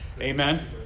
Amen